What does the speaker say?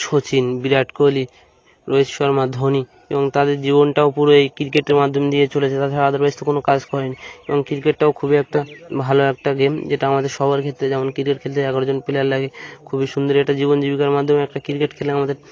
শচিন বিরাট কোহলি রোহিত শর্মা ধোনি এবং তাদের জীবনটাও পুরো এই ক্রিকেটের মাধ্যম দিয়ে চলেছে তাছাড়া আদারওয়াইজ তো কোনো কাজ করেন এবং ক্রিকেটটাও খুবই একটা ভালো একটা গেম যেটা আমাদের সবার ক্ষেত্রে যেমন ক্রিকেট খেলতে এগারো জন প্লেয়ার লাগে খুবই সুন্দর একটা জীবন জীবিকার মাধ্যমে একটা ক্রিকেট খেলে আমাদের